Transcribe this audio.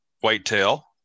whitetail